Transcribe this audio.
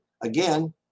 again